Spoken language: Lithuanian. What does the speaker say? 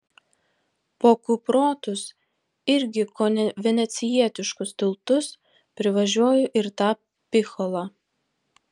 po kuprotus irgi kone venecijietiškus tiltus privažiuoju ir tą picholą